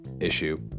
issue